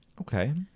Okay